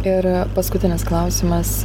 ir paskutinis klausimas